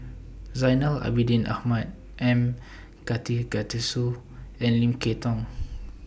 Zainal Abidin Ahmad M and Lim Kay Tong